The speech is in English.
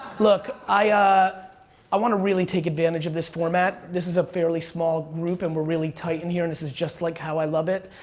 look. i ah i wanna really take advantage of this format. this is a fairly small group, and we're really tight in here, and this is just like how i love it.